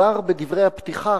כבר בדברי הפתיחה,